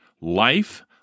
Life